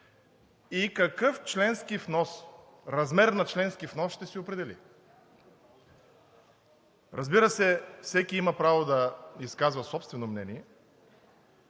и какъв размер на членски внос ще си определи. Разбира се, всеки има право да изказва собствено мнение